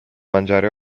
mangiare